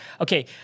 Okay